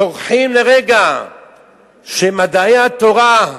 שוכחים לרגע שמדעי התורה,